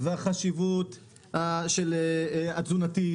והחשיבות התזונתית